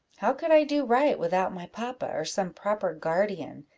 how could i do right without my papa, or some proper guardian?